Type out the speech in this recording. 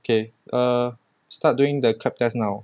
okay err start doing the K_E_P_T test now